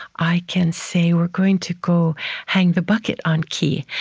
i can say, we're going to go hang the bucket on ki.